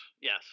yes